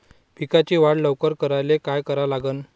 पिकाची वाढ लवकर करायले काय करा लागन?